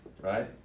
right